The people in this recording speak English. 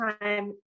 time